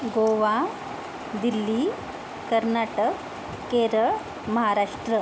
Goa Delhi Karnataka Kerala Maharashtra